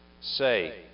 say